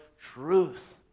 truth